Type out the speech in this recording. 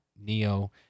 Neo